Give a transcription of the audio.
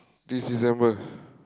this December